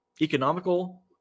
economical